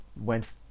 went